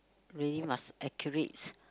really must accurate